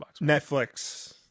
Netflix